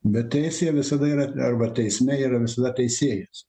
bet teisėje visada yra arba teismeyra visada teisėjas